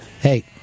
Hey